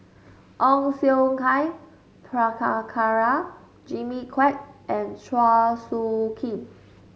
Ong Siong Kai Prabhakara Jimmy Quek and Chua Soo Khim